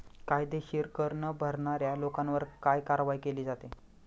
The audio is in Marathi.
कायदेशीर कर न भरणाऱ्या लोकांवर काय कारवाई केली जाते?